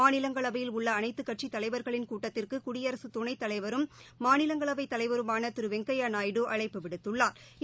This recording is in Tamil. மாநிலங்களவையில் உள்ள அனைத்துக் கட்சித் தலைவர்களின் கூட்டத்திற்கு குடியரசு துணைத்தலைவரும் மாநிலங்களவை தலைவருமான திரு வெங்கையா நாயுடு அழைப்பு விடுத்துள்ளாா்